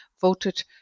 voted